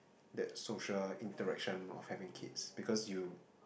that social interaction of having kids because you